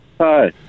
Hi